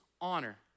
honor